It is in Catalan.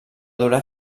durar